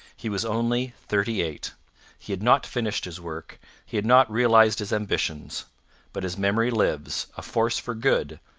he was only thirty-eight he had not finished his work he had not realized his ambitions but his memory lives, a force for good,